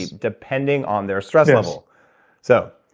depending on their stress level. so